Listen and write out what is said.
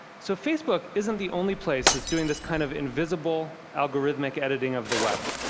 so facebook isn't the only place that's doing this kind of invisible, algorithmic editing of the web.